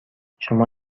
شما